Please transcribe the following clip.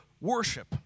worship